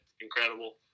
Incredible